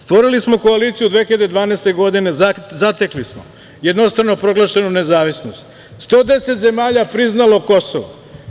Stvorili smo koaliciju 2012. godine, odnosno zatekli smo jednostrano proglašenu nezavisnost, 110 zemalja priznalo Kosovo.